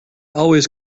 always